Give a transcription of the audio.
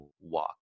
walk